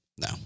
No